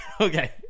okay